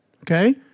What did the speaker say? okay